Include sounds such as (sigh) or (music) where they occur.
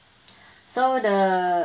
(breath) so the